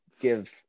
give